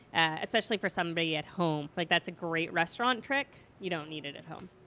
especially for somebody at home. like that's a great restaurant trick you don't need it at home.